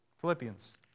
Philippians